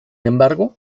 embargo